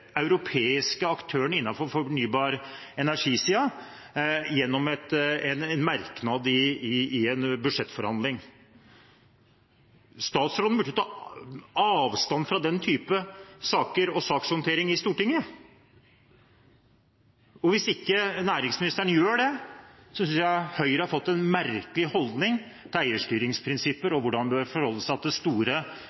europeiske aktøren på fornybar energi-siden – gjennom en merknad i en budsjettforhandling. Statsråden burde ta avstand fra den typen saker og sakshåndtering i Stortinget. Og hvis ikke næringsministeren gjør det, synes jeg Høyre har fått en merkelig holdning til eierstyringsprinsipper og hvordan en bør forholde seg til store